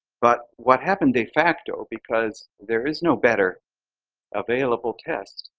but what happened de facto, because there is no better available test,